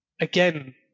again